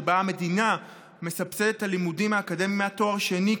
שבה המדינה מסבסדת את הלימודים האקדמיים עד תואר שני,